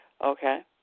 Okay